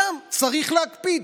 שם צריך להקפיד.